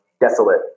desolate